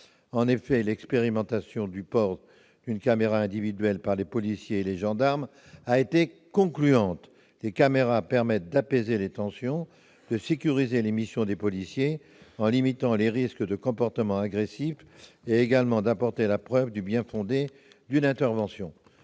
En effet, l'expérimentation du port d'une caméra individuelle par les policiers et les gendarmes a été concluante : l'utilisation de ces caméras permet d'apaiser les tensions, de sécuriser les missions en limitant les risques de comportement agressif et d'apporter la preuve du bien-fondé d'une intervention.